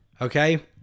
okay